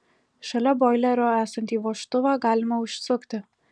šalia boilerio esantį vožtuvą galima užsukti